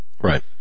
Right